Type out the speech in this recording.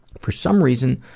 for some reason,